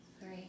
three